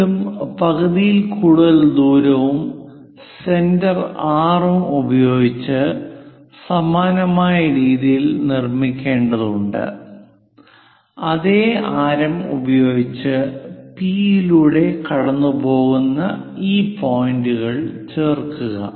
വീണ്ടും പകുതിയിൽ കൂടുതൽ ദൂരവും സെന്റർ R ഉം ഉപയോഗിച്ച് സമാനമായ രീതിയിൽ നിർമ്മിക്കേണ്ടതുണ്ട് അതേ ആരം ഉപയോഗിച്ച് പി യിലൂടെ കടന്നുപോകുന്ന ഈ പോയിന്റുകൾ ചേർക്കുക